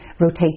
rotate